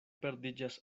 perdiĝas